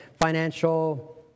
financial